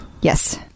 Yes